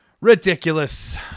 Ridiculous